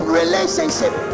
relationship